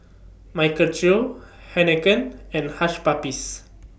Michael Trio Heinekein and Hush Puppies